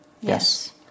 Yes